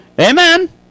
Amen